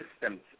systems